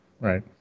Right